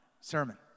sermon